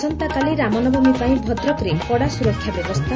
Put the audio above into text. ଆସନ୍ତାକାଲି ରାମ ନବମୀ ପାଇଁ ଭଦ୍ରକରେ କଡ଼ା ସୁରକ୍ଷା ବ୍ୟବସ୍ତା